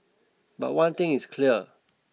but one thing is clear